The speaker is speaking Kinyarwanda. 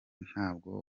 ntabwo